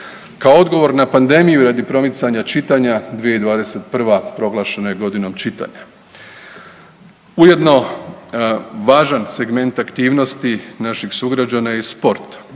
Kao odgovor na pandemiju radi promicanja čitanja, 2021. proglašena je godinom čitanja. Ujedno važan segment aktivnosti naših sugrađana je sport